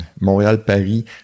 Montréal-Paris